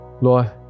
Lord